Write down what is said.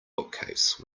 bookcase